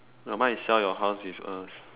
oh mine is sell your house with us